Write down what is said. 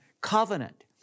covenant